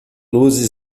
luzes